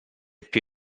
più